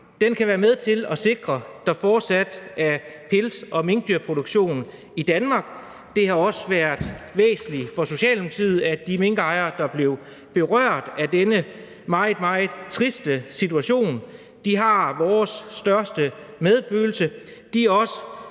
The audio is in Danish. km kan være med til at sikre, at der fortsat er pelsproduktion fra mink i Danmark. Det har også været væsentligt for Socialdemokratiet, at de minkejere, der blev berørt af denne meget, meget triste situation, og som har vores største medfølelse,